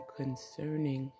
concerning